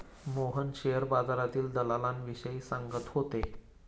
Mohan share बाजारातील दलालीविषयी सांगत होते